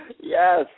Yes